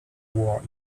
war